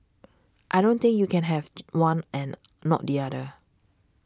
I don't think you can have one and not the other